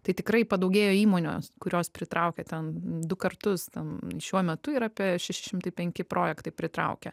tai tikrai padaugėjo įmonių kurios pritraukia ten du kartus ten šiuo metu yra apie šeši šimtai penki projektai pritraukę